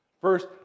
First